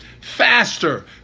faster